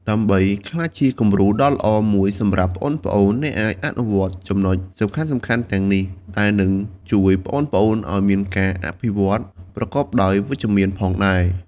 ដើម្បីក្លាយជាគំរូដ៏ល្អមួយសម្រាប់ប្អូនៗ អ្នកអាចអនុវត្តចំណុចសំខាន់ៗទាំងនេះ ដែលនឹងជួយប្អូនៗឱ្យមានការអភិវឌ្ឍប្រកបដោយវិជ្ជមានផងដែរ ។